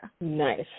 Nice